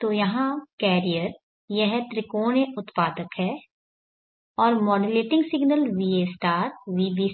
तो यहाँ कैरियर यह त्रिकोणीय उत्पादक है और मॉड्यूलेटिंग सिग्नल va vb